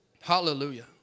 hallelujah